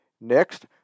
Next